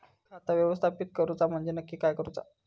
खाता व्यवस्थापित करूचा म्हणजे नक्की काय करूचा?